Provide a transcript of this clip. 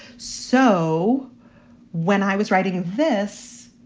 so when i was writing this,